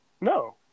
No